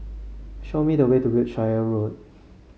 show me the way to Wiltshire Road